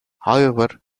however